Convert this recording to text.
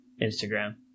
Instagram